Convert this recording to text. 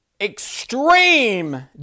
extreme